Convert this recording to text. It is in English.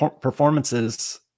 performances